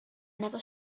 never